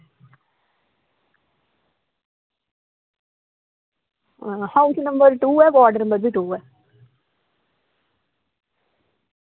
house number two A ward number B two ऐ